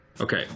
Okay